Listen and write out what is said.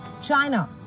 China